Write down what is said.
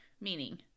meaning